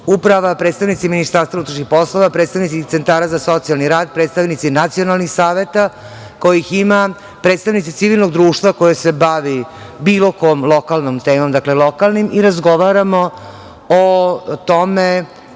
uprava, predstavnici MUP-a, predstavnici centara za socijalni rad, predstavnici nacionalnih saveta kojih ima, predstavnici civilnog društva koje se bavi bilo kom lokalnom temom i razgovaramo o tome